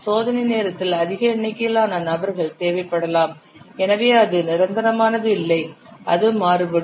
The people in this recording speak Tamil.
சோதனை நேரத்தில் அதிக எண்ணிக்கையிலான நபர்கள் தேவைப்படலாம் எனவே அது நிரந்தரமானது இல்லை அது மாறுபடும்